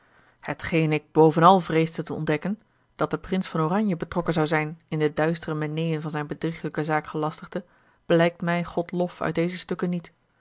hetgene ik bovenal vreesde te ontdekken dat de prins van oranje betrokken zou zijn in de duistere meneën van zijn bedriegelijken zaakgelastigde blijkt mij god lof uit deze stukken niet